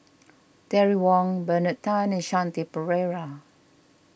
Terry Wong Bernard Tan and Shanti Pereira